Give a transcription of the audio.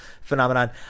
phenomenon